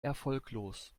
erfolglos